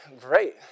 great